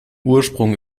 ursprung